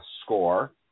score